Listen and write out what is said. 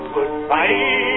Goodbye